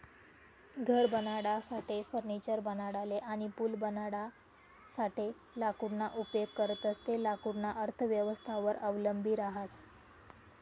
घर बनाडासाठे, फर्निचर बनाडाले अनी पूल बनाडासाठे लाकूडना उपेग करतंस ते लाकूडना अर्थव्यवस्थावर अवलंबी रहास